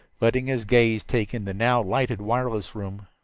letting his gaze take in the now lighted wireless room.